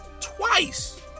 twice